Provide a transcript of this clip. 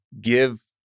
give